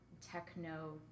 techno